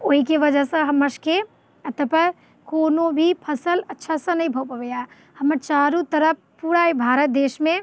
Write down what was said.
ओहिके वजहसँ हमर सभकेँ एतेक पर कोनो भी फसल अच्छासँ नहि भऽ पबैया हमर चारू तरफ पूरा अइ भारत देशमे